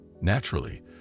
Naturally